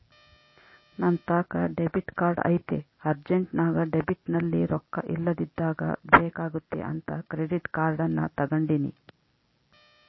ನಂತಾಕ debit card ಐತೆ ಅರ್ಜೆಂಟ್ನಾಗ ಡೆಬಿಟ್ನಲ್ಲಿ ರೊಕ್ಕ ಇಲ್ಲದಿದ್ದಾಗ ಬೇಕಾಗುತ್ತೆ ಅಂತ ಕ್ರೆಡಿಟ್ ಕಾರ್ಡನ್ನ ತಗಂಡಿನಿ